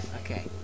Okay